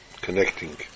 connecting